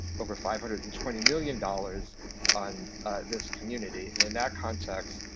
over five hundred and twenty million dollars on this community. and in that context,